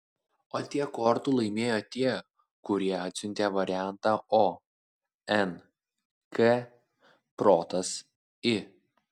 o tiek kortų laimėjo tie kurie atsiuntė variantą o n k protas i